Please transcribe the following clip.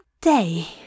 day